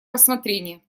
рассмотрения